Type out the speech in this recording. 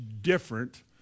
different